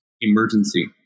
emergency